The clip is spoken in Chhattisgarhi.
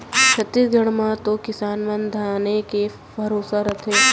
छत्तीसगढ़ म तो किसान मन धाने के भरोसा रथें